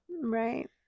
Right